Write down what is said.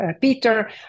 Peter